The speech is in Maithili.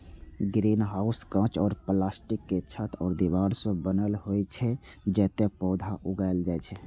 ग्रीनहाउस कांच या प्लास्टिकक छत आ दीवार सं बनल होइ छै, जतय पौधा उगायल जाइ छै